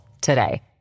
today